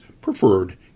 preferred